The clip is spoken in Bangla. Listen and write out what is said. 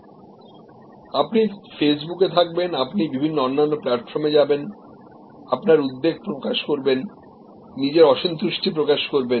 সে ক্ষেত্রে আপনি ফেসবুকে যাবেন আপনি অন্যান্য প্ল্যাটফর্মে থাকবেন আপনার উদ্বেগ প্রকাশ করবেন নিজের অসন্তুষ্টি প্রকাশ করবেন